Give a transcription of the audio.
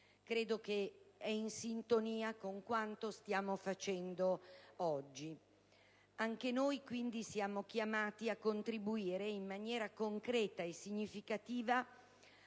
Credo che ciò sia in sintonia con quanto stiamo facendo oggi. Anche noi, quindi, siamo chiamati a contribuire in maniera concreta e significativa